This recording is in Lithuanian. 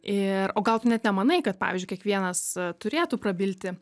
ir o gal tu net nemanai kad pavyzdžiui kiekvienas turėtų prabilti